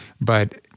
but-